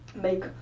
make